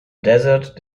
desert